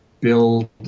build